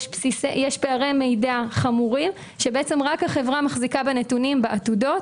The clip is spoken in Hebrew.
יש פערי מידע חמורים שרק החברה מחזיקה בנתונים בעתודות,